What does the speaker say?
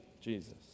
Jesus